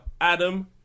Adam